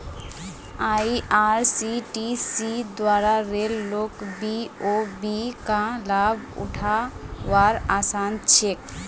IRCTC द्वारा रेल लोक बी.ओ.बी का लाभ उठा वार आसान छे